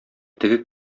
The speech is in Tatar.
теге